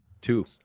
Two